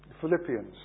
Philippians